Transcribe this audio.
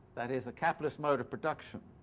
that is, the capitalist mode of production,